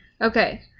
Okay